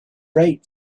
right